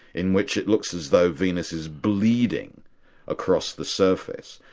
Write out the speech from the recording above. in which it looks as though venus is bleeding across the surface,